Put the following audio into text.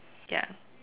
ya